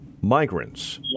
migrants